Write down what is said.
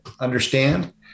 understand